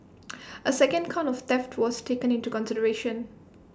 A second count of theft was taken into consideration